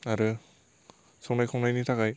आरो संनाय खावनायनि थाखाय